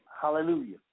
Hallelujah